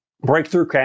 breakthrough